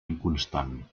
inconstant